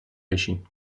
بشین